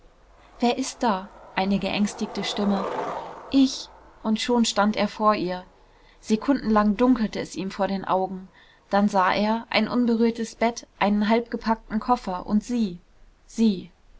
wer ist da eine geängstigte stimme ich und schon stand er vor ihr sekundenlang dunkelte es ihm vor den augen dann sah er ein unberührtes bett einen halb gepackten koffer und sie sie